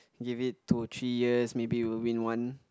give it two or three years maybe will win one